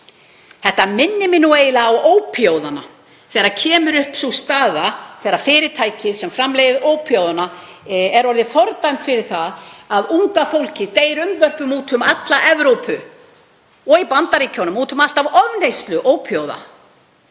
Þetta minnir mig eiginlega á ópíóíðana. Þegar kemur upp sú staða að fyrirtæki sem framleiðir ópíóíða er fordæmt fyrir það að unga fólkið deyr unnvörpum úti um alla Evrópu og í Bandaríkjunum úti um allt af ofneyslu ópíóíða,